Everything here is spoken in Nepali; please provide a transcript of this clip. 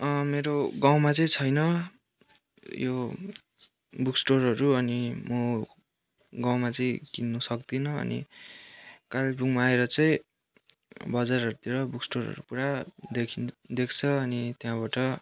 मेरो गाउँमा चाहिँ छैन यो बुकस्टोरहरू अनि म गाउँमा चाहिँ किन्नु सक्दिनँ अनि कालेबुङ आएर चाहिँ बजारहरूतिर बुकस्टोरहरू पुरा देखिन् देख्छ अनि त्यहाँबाट